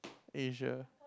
Asia